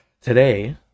Today